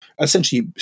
essentially